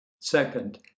Second